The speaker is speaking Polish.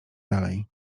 dalej